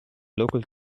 local